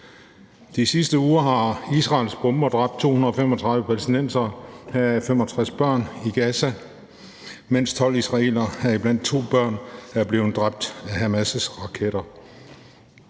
De sidste uger har Israels bomber dræbt 235 palæstinensere, heraf 65 børn, i Gaza, mens 12 israelere, heriblandt to børn, er blevet dræbt af Hamas' raketter.